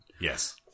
yes